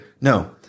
No